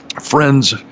friends